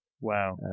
Wow